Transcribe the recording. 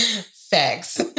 Facts